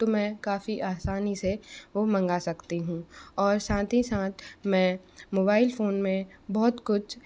तो मैं काफ़ी आसानी से वो मंगा सकती हूँ और साथ ही साथ मैं मोबाइल फ़ोन में बहुत कुछ